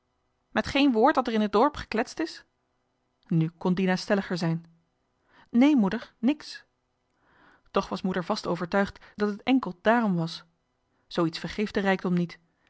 mit geen woord datter in het dorp geklest is nu kon dina stelliger zijn nee moeder niks toch was moeder vast overtuigd dat het enkeld daarom was zoo iets vergeeft de rijkdom niet